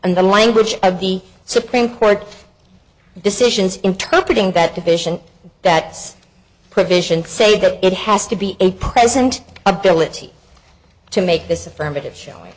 and the language of the supreme court decisions interpret in that division that provision say that it has to be a present ability to make this affirmative show